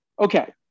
Okay